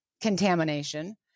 contamination